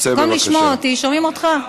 במקום לשמוע אותי, שומעים אותך.